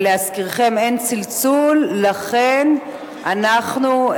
להזכירכם: אין צלצול, לכן אנחנו,